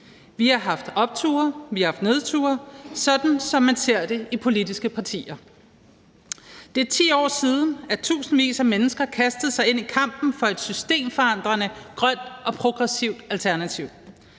vi har haft opture, og vi har haft nedture, sådan som man ser det i politiske partier. Det er 10 år siden, tusindvis af mennesker kastede sig ind i kampen for et systemforandrende grønt og progressivt alternativ,